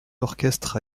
orchestre